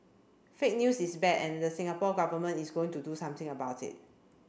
fake news is bad and the Singapore Government is going to do something about it